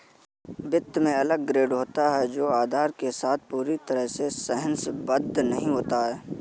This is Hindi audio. वित्त में अलग ग्रेड होता है जो आधार के साथ पूरी तरह से सहसंबद्ध नहीं होता है